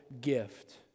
gift